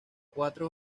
cuatro